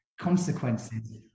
consequences